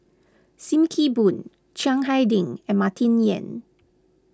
Sim Kee Boon Chiang Hai Ding and Martin Yan